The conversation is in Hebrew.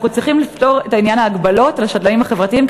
אנחנו צריכים לפתור את עניין ההגבלות על השדלנים החברתיים,